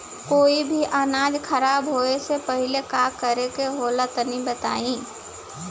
कोई भी अनाज खराब होए से पहले का करेके होला तनी बताई?